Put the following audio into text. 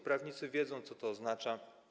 Prawnicy wiedzą, co to oznacza.